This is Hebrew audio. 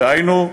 דהיינו,